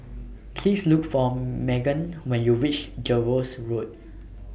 Please Look For Magan when YOU REACH Jervois Road